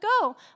go